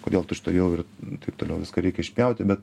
kodėl tučtuojau ir taip toliau viską reikia išpjauti bet